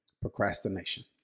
Procrastination